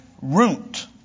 root